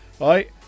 Right